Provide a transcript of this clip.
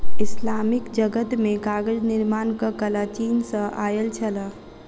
Islamic जगत मे कागज निर्माणक कला चीन सॅ आयल छल